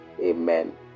Amen